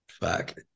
fuck